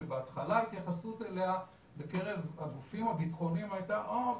שבהתחלה ההתייחסות אליה בקרב הגופים הביטחוניים הייתה: אהה,